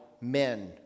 men